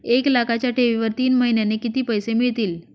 एक लाखाच्या ठेवीवर तीन महिन्यांनी किती पैसे मिळतील?